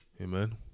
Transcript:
amen